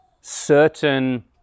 certain